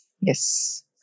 Yes